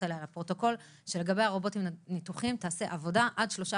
עליה לפרוטוקול שלגבי הרובוטים הניתוחיים תיעשה עבודה עד שלושה